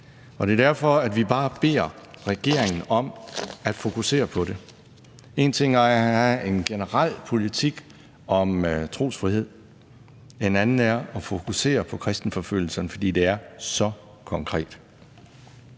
Det er derfor, vi beder regeringen om at fokusere på det. En ting er at have en generel politik om trosfrihed, en anden er at fokusere på kristenforfølgelserne, for det er så konkret.